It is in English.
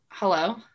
Hello